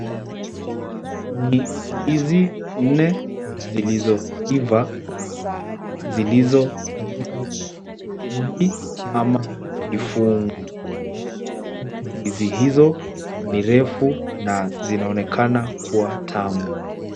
Ni ndizi nne zilizoiva, zilizo katika kikundi au mafungu. Ndizi hizo ni refu na zinaonekana kuwa tamu.